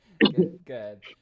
good